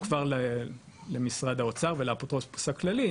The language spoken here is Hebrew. כבר למשרד האוצר ולאפוטרופוס הכללי,